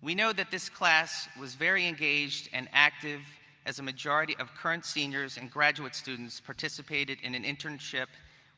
we know that this class was very engaged and active as a majority of current seniors and graduate students participated in an internship